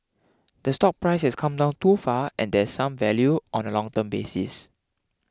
the stock prices come down too far and there's some value on a long term basis